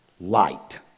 light